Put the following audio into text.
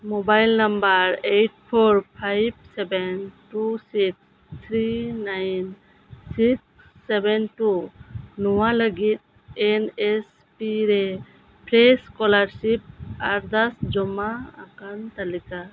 mobile number eight four five seven two six three nine six seven two ᱱᱚᱣᱟ ᱞᱟᱹᱜᱤᱫ N S P ᱨᱮ fresh scholarship ᱟᱨᱫᱟᱥ ᱡᱚᱢᱟ ᱟᱠᱟᱱ ᱛᱟᱞᱤᱠᱟ